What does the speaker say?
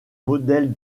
modèle